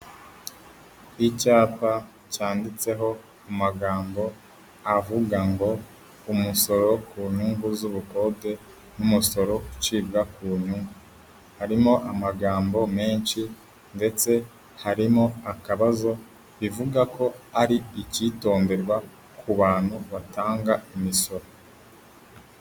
Icyapa cyanditseho magambo avuga ngo umusoro ku nyungu z'ubukode n'umusoro ucibwa ku nyungu. Harimo amagambo menshi ndetse harimo akabazo bivuga ko ari icyitonderwa ku bantu batanga imisoro.